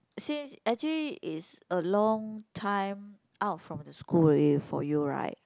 since actually is a long time out from the school already for you right